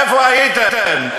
איפה הייתם?